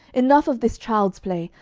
enough of this child's play!